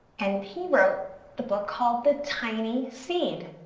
and he wrote the book called the tiny seed.